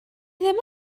ddim